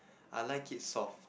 I like it soft